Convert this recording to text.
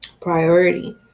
priorities